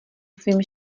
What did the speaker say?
svým